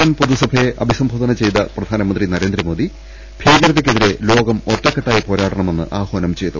N പൊതുസഭയെ അഭിസംബോധന ചെയ്ത പ്രധാനമന്ത്രി നരേന്ദ്രമോദി ഭീകരതക്കെതിരെ ലോകം ഒറ്റ ക്കെട്ടായി പോരാടണമെന്ന് ആഹ്വാനം ചെയ്തു